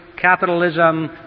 capitalism